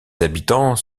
habitants